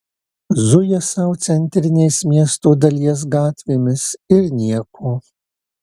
zuja sau centrinės miesto dalies gatvėmis ir nieko